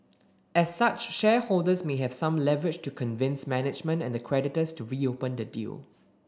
as such shareholders may have some leverage to convince management and the creditors to reopen the deal